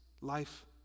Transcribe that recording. life